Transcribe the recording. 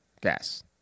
gas